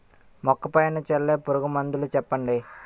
మొక్క పైన చల్లే పురుగు మందులు చెప్పండి?